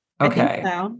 Okay